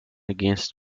against